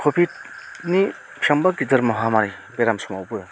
कभिडनि बेसेबांबा गिदिर महामारि बेराम समावबो